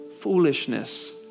foolishness